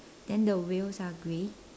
then the wheels are grey